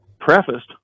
prefaced